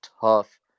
tough